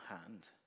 hand